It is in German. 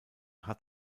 hat